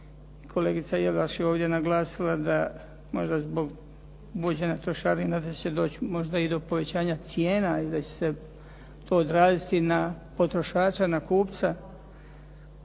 kolegica Jelaš je ovdje naglasila da možda zbog uvođenja trošarina da će doći možda i do povećanja cijena i da će se to odraziti na potrošača, na kupca.